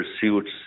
pursuits